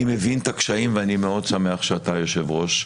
אני מבין את הקשיים ואני מאוד שמח שאתה היושב-ראש,